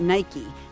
Nike